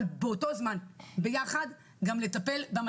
הרבה מדובר על בתי החולים.